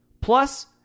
Plus